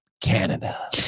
Canada